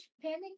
panic